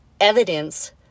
evidence